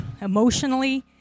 emotionally